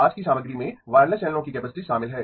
आज की सामग्री में वायरलेस चैनलों की कैपेसिटी शामिल है